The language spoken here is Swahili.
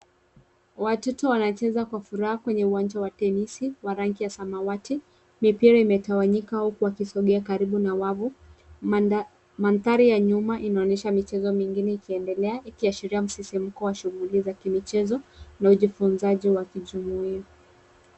Watoto wancheza kwa furaha kwenye uwanja wa tenisi wa rangi ya samawati. Mipira imetawanyika huku wakisongea karibu na wavu. Mandhari ya nyuma inaonyesha michezo mingine ikiendelea ikiashiria msisimko wa shughuli za kimichezo na ujifunzaji wa kijumuia.